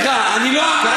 סליחה, על